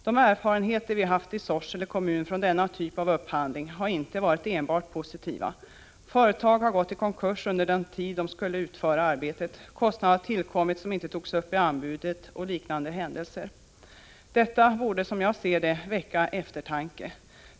De erfarenheter vi haft i Sorsele kommun från denna typ av upphandling har inte varit enbart positiva. Företag har gått i konkurs under den tid de skulle utföra arbetet, kostnader har tillkommit som inte togs upp i anbudet, och annat liknande har hänt. Detta borde som jag ser det väcka eftertanke.